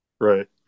Right